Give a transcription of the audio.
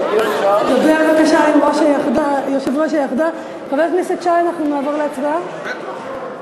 חבר הכנסת שי, אנחנו נעבור להצבעה?